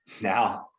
now